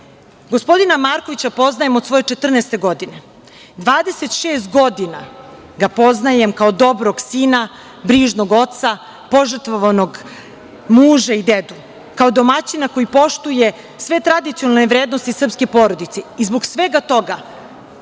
Markovića poznajem od svoje 14. godine. Dakle, 26 godina ga poznajem kao dobrog sina, brižnog oca, požrtvovanog muža i dedu, kao domaćina koji poštuje sve tradicionalne vrednosti srpske porodice. Zbog svega toga,